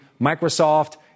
Microsoft